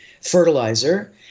fertilizer